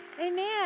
Amen